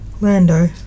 Lando